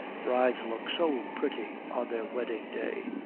brides look so pretty on their wedding day.